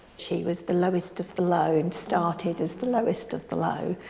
she was the lowest of the low and started as the lowest of the low,